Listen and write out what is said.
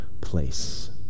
place